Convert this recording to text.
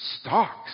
stocks